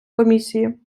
комісії